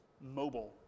mobile